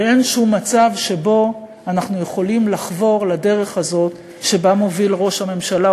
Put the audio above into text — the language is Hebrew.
ואין שום מצב שבו אנחנו יכולים לחבור לדרך הזו שבה מוביל ראש הממשלה,